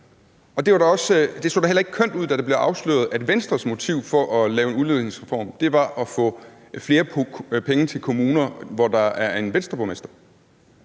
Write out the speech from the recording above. det så da heller ikke kønt ud, da det blev afsløret, at Venstres motiv for at lave en udligningsreform var at få flere penge til kommuner, hvor der er en Venstreborgmester.